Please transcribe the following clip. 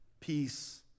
peace